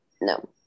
No